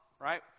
right